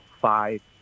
five